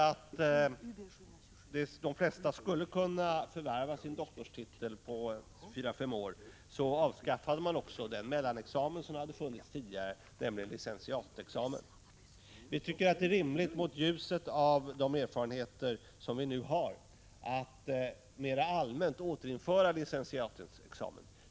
På basis av den uppfattningen avskaffade man den mellanexamen som funnits tidigare, nämligen licentiatexamen. Vi tycker, mot ljuset av de erfarenheter vi nu har, att det är rimligt att mer allmänt återinföra licentiatexamen.